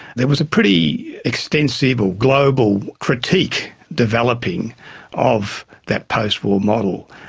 there was a pretty extensive or global critique developing of that post-war model.